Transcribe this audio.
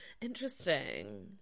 Interesting